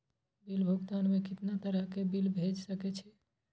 Bill भुगतान में कितना तरह के बिल भेज सके छी?